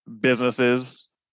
businesses